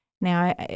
Now